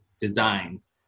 designs